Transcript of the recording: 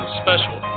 special